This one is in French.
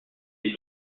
est